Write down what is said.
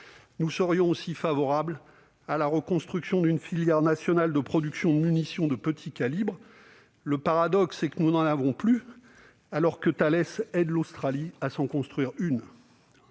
stratégique, ainsi qu'à la reconstruction d'une filière nationale de production de munitions de petit calibre. Le paradoxe est que nous n'en avons plus, alors que Thales aide l'Australie à s'en construire une